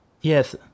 Yes